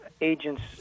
agents